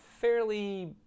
fairly